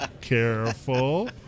Careful